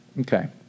Okay